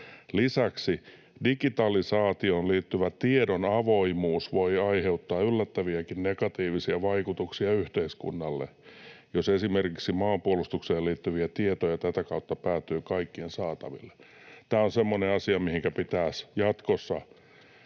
Lisäksi digitalisaatioon liittyvä tiedon avoimuus voi aiheuttaa yllättäviäkin negatiivisia vaikutuksia yhteiskunnalle, jos esimerkiksi maanpuolustukseen liittyviä tietoja tätä kautta päätyy kaikkien saataville.” Tämä on semmoinen asia, mihinkä pitäisi jatkossa